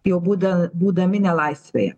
jau būda būdami nelaisvėje